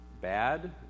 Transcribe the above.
bad